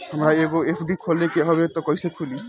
हमरा एगो एफ.डी खोले के हवे त कैसे खुली?